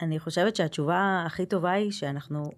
אני חושבת שהתשובה הכי טובה היא שאנחנו...